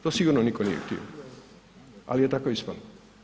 To sigurno niko nije htio ali je tako ispalo.